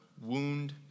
wound